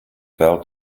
fell